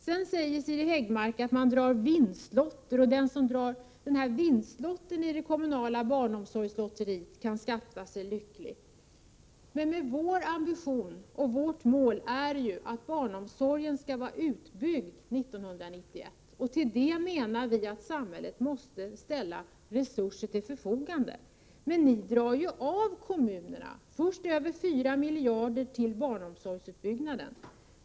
Sedan säger Siri Häggmark att den som drar vinstlotten i det kommunala barnomsorgslotteriet kan skatta sig lycklig. Vår ambition och vårt mål är att barnomsorgen skall vara utbyggd 1991, och till det måste samhället ställa resurser till förfogande. Men ni tar över 4 miljarder kronor av kommunerna till barnomsorgsutbyggnaden.